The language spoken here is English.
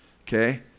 Okay